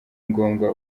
ngombwa